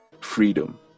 freedom